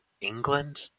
England